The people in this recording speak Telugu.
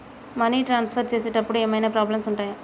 మనీ ట్రాన్స్ఫర్ చేసేటప్పుడు ఏమైనా ప్రాబ్లమ్స్ ఉంటయా?